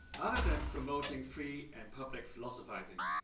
other than promoting free and public philosophizing,